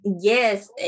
Yes